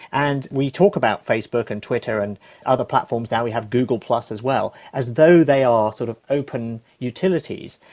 and we talk about facebook and twitter and other platforms, now we have google-plus as well, as though they are sort of open utilities,